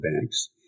banks